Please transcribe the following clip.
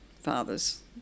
fathers